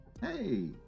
Hey